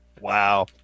wow